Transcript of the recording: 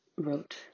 wrote